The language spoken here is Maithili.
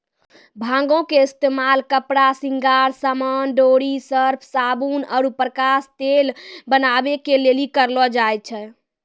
भांगो के इस्तेमाल कपड़ा, श्रृंगार समान, डोरी, सर्फ, साबुन आरु प्रकाश तेल बनाबै के लेली करलो जाय छै